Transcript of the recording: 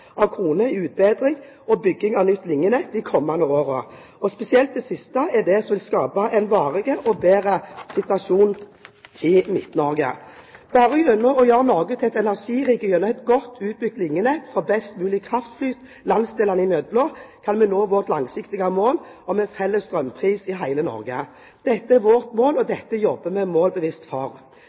av kroner i utbedring og bygging av nytt linjenett i de kommende årene. Spesielt det siste er det som vil skape en varig bedre situasjon i Midt-Norge. Bare gjennom å gjøre Norge til ett energirike gjennom et godt utbygd linjenett for best mulig kraftflyt landsdelene imellom, kan vi nå vårt langsiktige mål om en felles strømpris i hele Norge. Dette er vårt mål, og dette jobber